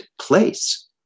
place